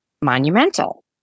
monumental